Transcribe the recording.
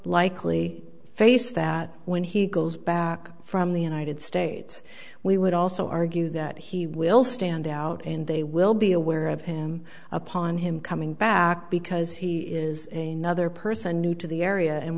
likely face that when he goes back from the united states we would also argue that he will stand out and they will be aware of him upon him coming back because he is a another person new to the area and